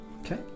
Okay